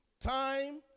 Time